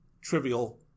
trivial